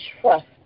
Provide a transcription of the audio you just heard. trust